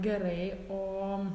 gerai o